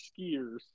skiers